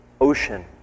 ocean